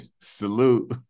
salute